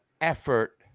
effort